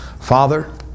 Father